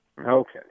Okay